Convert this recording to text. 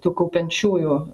tų kaupiančiųjų